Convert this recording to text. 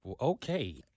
Okay